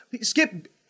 Skip